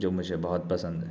جو مجھے بہت پسند ہے